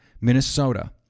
Minnesota